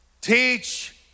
Teach